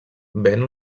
ven